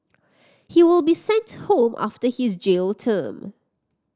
he will be sent home after his jail term